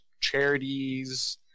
charities